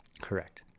Correct